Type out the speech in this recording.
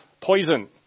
poison